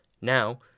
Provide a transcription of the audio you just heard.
Now